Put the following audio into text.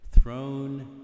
Throne